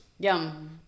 Yum